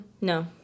No